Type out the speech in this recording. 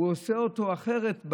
זה עושה אותו אחרת.